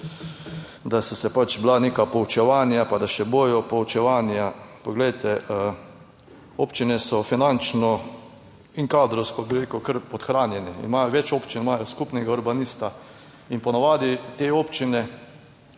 da so se bila neka poučevanja pa da se bodo poučevanja. Poglejte, občine so finančno in kadrovsko bi rekel, kar podhranjeni. Več občin imajo skupnega urbanista in po navadi te občine,